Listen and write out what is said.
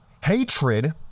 hatred